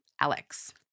Alex